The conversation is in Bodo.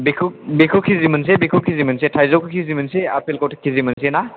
बेखौ केजि मोनसे बेखौ केजि मोनसे थाइजौखौ केजि मोनसे आपेलखौ केजि मोनसे ना